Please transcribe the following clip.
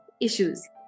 issues